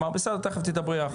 בסדר, תכף תדברי.